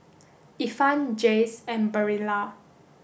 Ifan Jays and Barilla